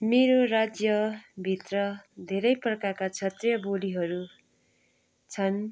मेरो राज्यभित्र धेरै प्रकारका क्षेत्रीय बोलीहरू छन्